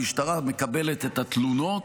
המשטרה מקבלת את התלונות,